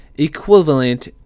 equivalent